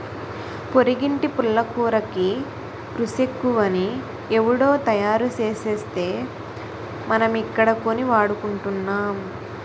పొరిగింటి పుల్లకూరకి రుసెక్కువని ఎవుడో తయారుసేస్తే మనమిక్కడ కొని వాడుకుంటున్నాం